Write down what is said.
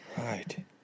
Right